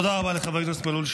תודה רבה לחבר הכנסת מלול,